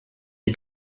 die